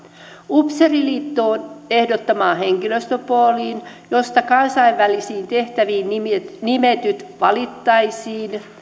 upseeriliiton ehdottamasta henkilöstöpoolista josta kansainvälisiin tehtäviin nimetyt valittaisiin